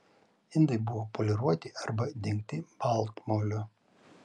indai buvo poliruoti arba dengti baltmoliu